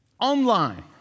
online